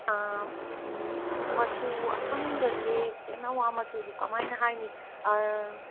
ꯃꯆꯨ ꯑꯁꯪꯕꯁꯦ ꯇꯦꯅꯋꯥ ꯃꯆꯨꯁꯤ ꯀꯃꯥꯏꯅ ꯍꯥꯏꯅꯤ